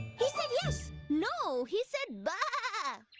he said yes. no, he said but